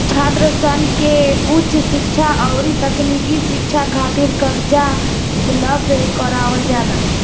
छात्रसन के उच शिक्षा अउरी तकनीकी शिक्षा खातिर कर्जा उपलब्ध करावल जाला